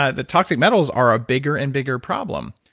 ah the toxic metals are a bigger and bigger problem.